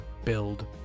build